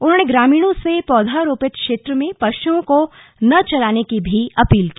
उन्होंने ग्रामीणों से पौधा रोपित क्षेत्र में पश्ओं को न चराने की भी अपील की